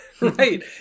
Right